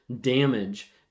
damage